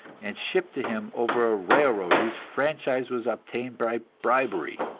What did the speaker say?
and shipped to him over a railroad whose franchise was obtained by bribery.